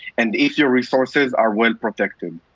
and if your resources are well-protected,